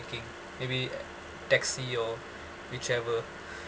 maybe uh taxi or whichever